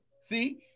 See